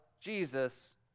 Jesus